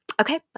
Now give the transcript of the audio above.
okay